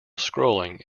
scrolling